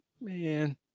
man